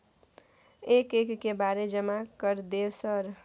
एक एक के बारे जमा कर दे सर?